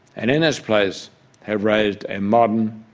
and in its place have raised a modern,